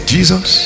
Jesus